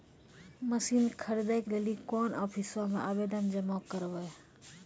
Machine खरीदै के लेली कोन आफिसों मे आवेदन जमा करवै?